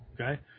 okay